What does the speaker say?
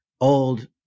old